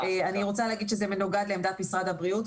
אני רוצה להגיד שזה מנוגד לעמדת משרד הבריאות,